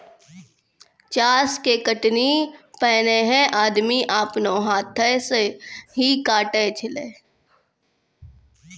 चास के कटनी पैनेहे आदमी आपनो हाथै से ही काटै छेलै